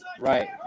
right